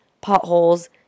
potholes